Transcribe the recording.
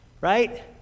right